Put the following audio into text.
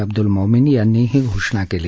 अब्दूल मोमीन यांनी ही घोषणा केली